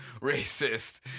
racist